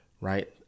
right